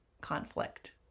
conflict